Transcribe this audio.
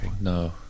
no